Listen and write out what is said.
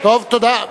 טוב, תודה.